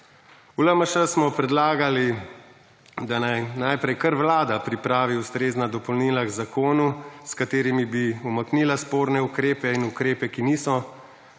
V LMŠ smo predlagali, da naj najprej kar vlada pripravi ustrezna dopolnila k zakonu, s katerimi bi umaknila sporne ukrepe in ukrepe, ki niso